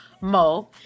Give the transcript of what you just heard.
Mo